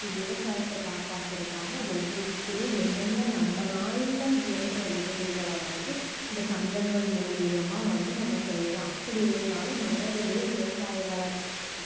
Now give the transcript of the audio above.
சு விவசாயத்தை காப்பாத்தருக்காக ஒவ்வொருத்தரும் என்னென்ன நம்மனால் இயன்ற உதவிகளை வந்து இந்த சங்கங்கள் மூலமா வந்து நம்ம செய்யலாம் அப்படி இல்லையினாலும் நேரடியாக விவசாயிகளுக்கு